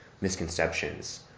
misconceptions